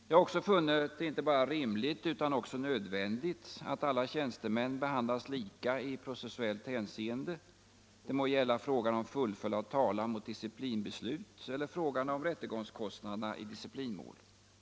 Jag har också funnit det inte bara rimligt utan också nödvändigt att alla tjänstemän behandlas lika i processuellt hänseende, det må gälla frågan om fullföljd av talan mot disciplinbeslut eller frågan om rättegångskostnaderna i disciplinmål.